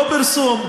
לא פרסום,